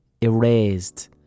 erased